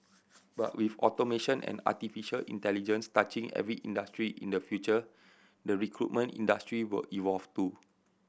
but with automation and artificial intelligence touching every industry in the future the recruitment industry will evolve too